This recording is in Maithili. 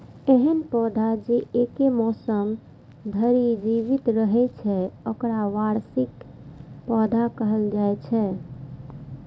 एहन पौधा जे एके मौसम धरि जीवित रहै छै, ओकरा वार्षिक पौधा कहल जाइ छै